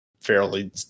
fairly